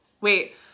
Wait